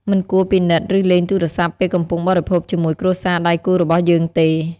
មិនគួរពិនិត្យឬលេងទូរស័ព្ទពេលកំពុងបរិភោគជាមួយគ្រួសារដៃគូររបស់យើងទេ។